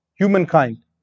humankind